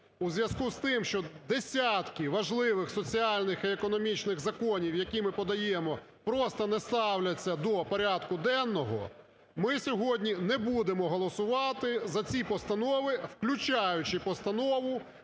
у зв'язку з тим, що десятки важливих соціальних і економічних законів, які ми подаємо, просто не ставляться до порядку денного, ми сьогодні не будемо голосувати за ці постанови, включаючи Постанову